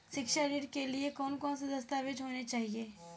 शिक्षा ऋण के लिए कौन कौन से दस्तावेज होने चाहिए?